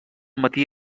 matí